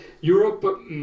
Europe